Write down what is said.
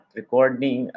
recording